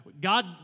God